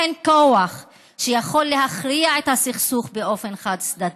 אין כוח שיכול להכריע את הסכסוך באופן חד-צדדי.